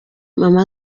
mama